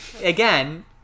again